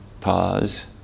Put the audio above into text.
pause